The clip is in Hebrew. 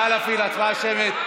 נא להפעיל הצבעה שמית.